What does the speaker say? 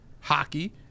hockey